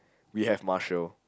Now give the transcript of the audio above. we have marshal